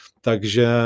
takže